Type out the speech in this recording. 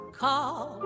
call